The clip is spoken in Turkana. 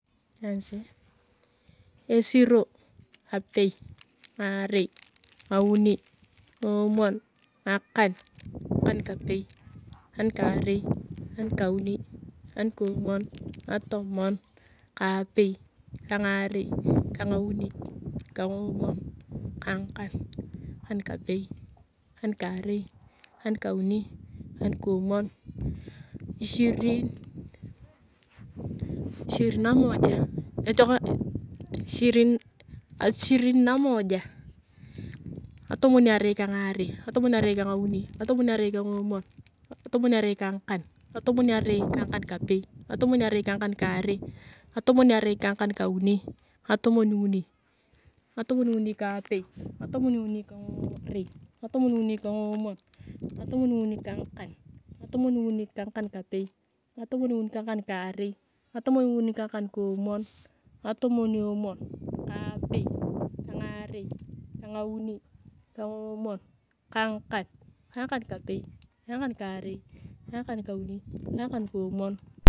Esiro, apei, ngarei, ngauni, ngomon, ngakan kapei, ngakan karei, ngakan kauni, ngakan kamvon, ngatomon, ka apei, ka ngarei, ka ngauni, ka ngauni, ka ngomuon, ka ngakan kapei, ka ngakan karai, ka ngakan kauni, ka ngakan ko muon, ishirini, ishirini na moja, ngatomon arei ka ngarei, ngatomon arei ka ngauni ngatomon arei ka ngomon, ngatomon, ngatomon arei ka ngakam, ngatomon arei ka nyakan kapei, ngatomon arei ka ngakan karei, ngatomeni arei ka ngakan kauni, ngatomon uni, ngatomon uni ka apei ngatomon uni ka ngarei, ngatomon uni ngatomon uni ka ngakan, ngatamon uni ka ngakan kapei, ngatomon uni ka ngakan kaarei, ngatomoniuni koomuon, ngatomom emuon, apei, ka ngareii ka ngauni, ka ngomuon, ka ngakan kapei., ka ngapan kapei, ka ngakar kaare ka ngaakan kauni ka ngakan koomuoa.